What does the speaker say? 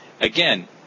again